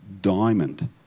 diamond